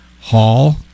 Hall